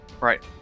Right